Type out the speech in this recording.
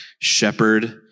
shepherd